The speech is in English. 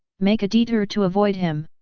make a detour to avoid him.